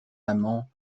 amant